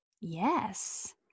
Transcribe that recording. Yes